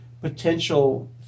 potential